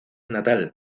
natal